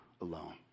alone